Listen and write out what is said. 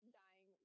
dying